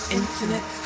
infinite